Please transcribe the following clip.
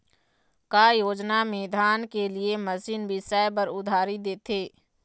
का योजना मे धान के लिए मशीन बिसाए बर उधारी देथे?